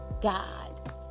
God